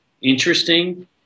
interesting